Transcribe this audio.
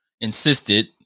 insisted